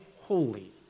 holy